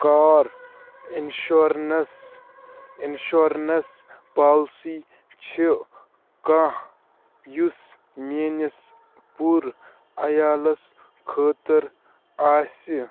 کار insurance insurance policy چھِ کانٛہہ یُس میٛٲنِس پوٗرٕ عیالَس خٲطر آسہِ